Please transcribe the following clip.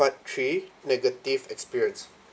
part three negative experience